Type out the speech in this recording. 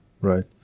Right